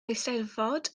eisteddfod